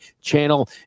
channel